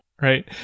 Right